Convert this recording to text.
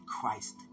Christ